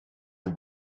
you